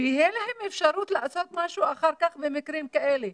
שתהיה להם אפשרות לעשות משהו אחר כך במקרים כאלה.